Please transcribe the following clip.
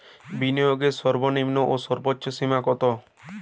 বিনিয়োগের সর্বনিম্ন এবং সর্বোচ্চ সীমা কত?